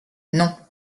non